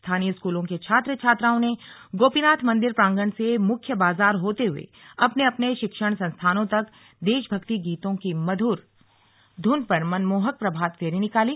स्थानीय स्कूलों के छात्र छात्राओं ने गोपनाथ मंदिर प्रांगण से मुख्य बाजार होते हए अपने अपने शिक्षण संस्थानों तक देशभक्ति गीतों की मध्र ध्न पर मनमोहक प्रभात फेरी निकाली